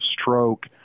stroke